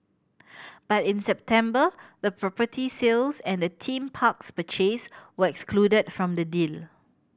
but in September the property sales and the theme parks purchase were excluded from the deal